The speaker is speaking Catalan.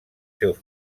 seus